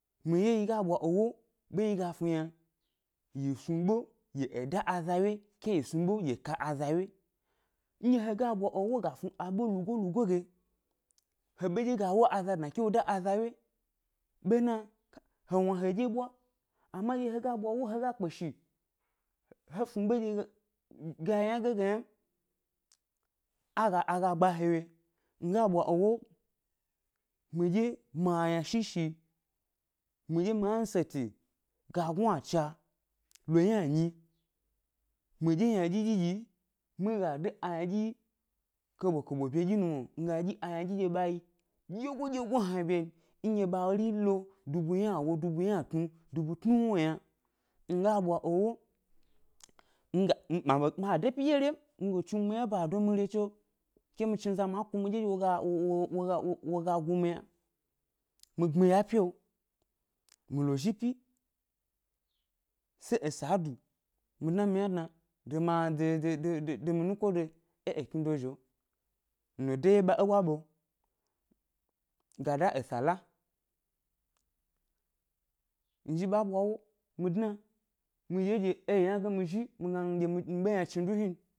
Mi dye mi ga ɓwa ewo, ɓenɗye mi ga snu yna, yi snu ɓe ge e da aza wye, ke yi snu ʻɓe gi e ka aza wye, ndye he ga bwa ʻwo he snu abe lugoyi-lugoyi ge, he ɓe ɗye ga wo aza dna ke wo ka aza wye, ɓena he wna heɗye ʻɓwa, ama ndye he ga bwa wo he ga kpeshi he snu bendye ga yi yna ge ge yna m, ara ga gba he wye, nga ɓwa ewo miɗye miaynashishi, midye mi handseti ga gnuacha lo yna nyi, midye yndyi dyi dyiiy, mi ga de aynadyi keɓo-keɓo bye dyi mo, nga dyi aynadyi ndye ba yi dyegoyi-dyegoyi hna bye n, ndye bari lo dubu ynawo, dubu ynatnu, dubu tnuwnyi yna, mi ga ɓwa ewo, nga n ma ma de pyi dye re m, mi ga lo chni wna ba do mi re chio ke mi chni zado ndye wo ga re gu i yna, mi gbmiya e pyio mi l zhi se esa a du, mi dna mi na lo dna de de de de mi nukodoyi é ekni dozhi lo, mi de wye ɓa é bwa ɓe, ga da esa la, mizhi ɓa bwa wo mi dna mi dye dye é yi yna ge m, mi zhi mi gna n dye mi ɓe yna chni du hni n